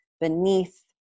beneath